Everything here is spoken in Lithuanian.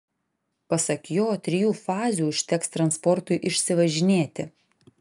pasak jo trijų fazių užteks transportui išsivažinėti